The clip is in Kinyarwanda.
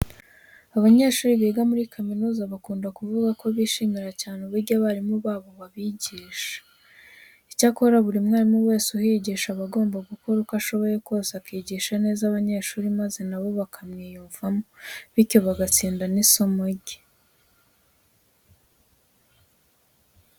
Abanyeshuri biga muri kaminuza bakunda kuvuga ko bishimira cyane uburyo abarimu babo babigisha. Icyakora buri mwarimu wese uhigisha aba agomba gukora uko ashoboye kose akigisha neza abanyeshuri, maze na bo bakamwiyumvamo bityo bagatsinda n'isomo rye.